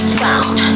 found